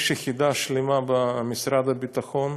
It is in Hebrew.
יש יחידה שלמה במשרד הביטחון,